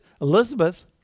Elizabeth